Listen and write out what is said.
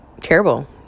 terrible